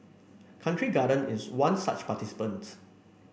Country Garden is one such participant